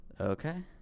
Okay